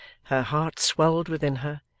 her heart swelled within her,